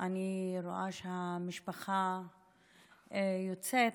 אני רואה שהמשפחה יוצאת.